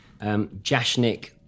Jashnik